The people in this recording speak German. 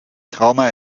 trauma